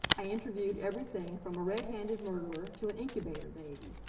i interviewed everything from a red-handed murderer to an incubator baby.